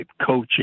coaching